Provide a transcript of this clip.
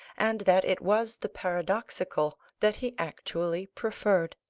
and that it was the paradoxical that he actually preferred.